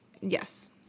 Yes